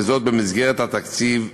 וזאת במסגרת התקציב הקיים.